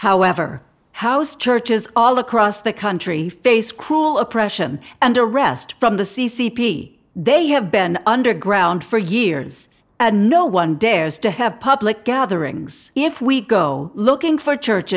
however house churches all across the country face cruel oppression and arrest from the c c p they have been underground for years and no one dares to have public gatherings if we go looking for church